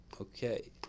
Okay